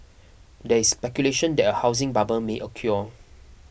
there is speculation that a housing bubble may occur